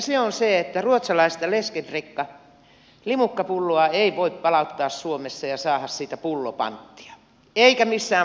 se on se että ruotsalaista läskedryck limukkapulloa ei voi palauttaa suomessa ja saada siitä pullopanttia eikä missään muussakaan maassa